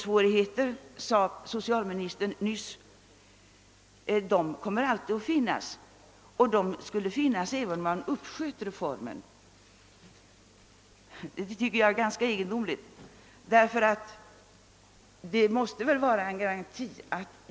Socialministern sade nyss att övergångssvårigheter alltid kommer att finnas och att de skulle finnas även om vi skulle uppskjuta reformen. Det tycker jag är ett egendomligt uttalande.